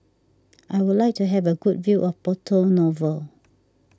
I would like to have a good view of Porto Novo